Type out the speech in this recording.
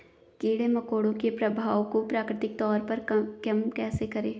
कीड़े मकोड़ों के प्रभाव को प्राकृतिक तौर पर कम कैसे करें?